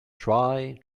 try